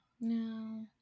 No